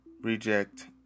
Reject